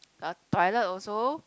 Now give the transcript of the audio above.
the toilet also